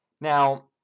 Now